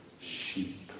sheep